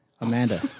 Amanda